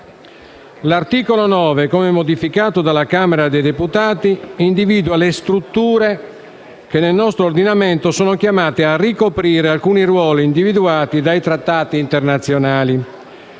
L'articolo 9, come modificato dalla Camera dei deputati, individua le strutture che, nel nostro ordinamento, sono chiamate a ricoprire alcuni ruoli individuati dai trattati internazionali.